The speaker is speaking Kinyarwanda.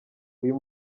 uyu